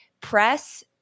Press-